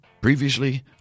Previously